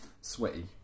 sweaty